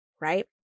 Right